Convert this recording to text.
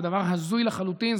זה דבר הזוי לחלוטין.